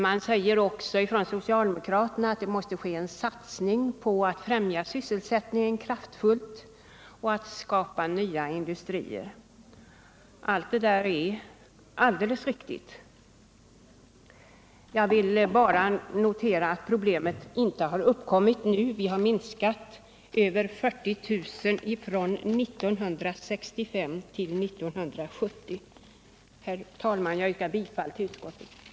De säger vidare att det måste bli en kraftfull satsning på att främja sysselsättningen och skapa nya industrier. Allt detta är också riktigt. Jag ville bara poängtera för socialdemokraterna att problemet inte har uppkommit nu. Det har skett en minskning med över 40 000 anställda från 1965 till 1970. Herr talman! Jag yrkar bifall till utskottets förslag.